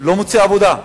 מוצא עבודה.